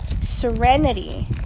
serenity